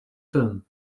film